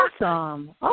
Awesome